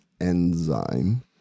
enzyme